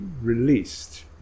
released